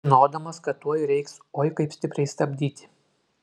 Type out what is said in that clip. žinodamas kad tuoj reiks oi kaip stipriai stabdyti